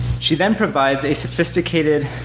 she then provides a sophisticated